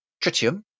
tritium